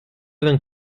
vingt